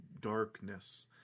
darkness